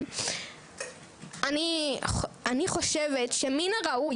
אני חושבת שמין הראוי